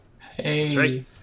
Hey